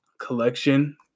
collection